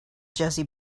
jessie